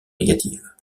négative